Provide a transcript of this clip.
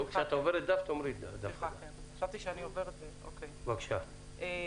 אנחנו רואים